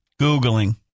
Googling